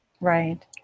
Right